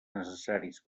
necessaris